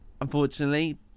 unfortunately